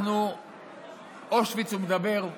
אושוויץ מדבר,